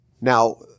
Now